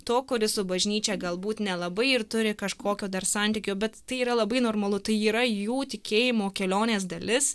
to kuris su bažnyčia galbūt nelabai ir turi kažkokio dar santykio bet tai yra labai normalu tai yra jų tikėjimo kelionės dalis